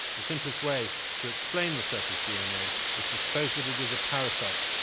the simplest way to explain the surplus dna is to suppose that it is a parasite,